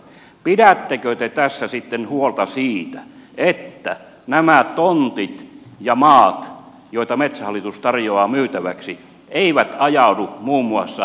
pidättekö te tässä sitten huolta siitä että nämä tontit ja maat joita metsähallitus tarjoaa myytäväksi eivät ajaudu muun muassa venäläiseen omistukseen